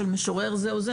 של משורר זה או זה,